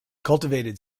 cultivated